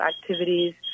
activities